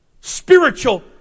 spiritual